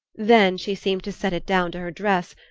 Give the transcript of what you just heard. then she seemed to set it down to her dress,